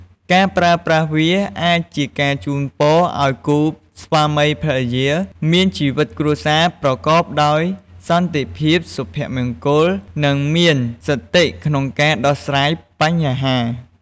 ការប្រើប្រាស់វាអាចជាការជូនពរឱ្យគូស្វាមីភរិយាមានជីវិតគ្រួសារប្រកបដោយសន្តិភាព សុភមង្គល និងមានសតិក្នុងការដោះស្រាយបញ្ហា។